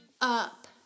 up